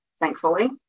thankfully